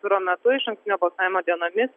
turo metu išankstinio balsavimo dienomis